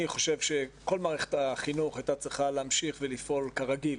אני חושב שכל מערכת החינוך הייתה צריכה להמשיך ולפעול כרגיל.